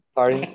Sorry